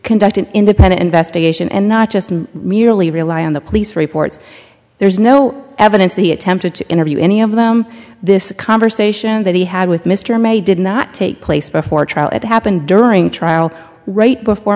conduct an independent investigation and not just merely rely on the police reports there's no evidence that he attempted to interview any of them this conversation that he had with mr may did not take place before trial it happened during trial right before